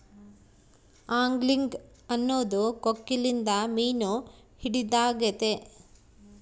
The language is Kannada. ಆಂಗ್ಲಿಂಗ್ ಅನ್ನೊದು ಕೊಕ್ಕೆಲಿಂದ ಮೀನು ಹಿಡಿದಾಗೆತೆ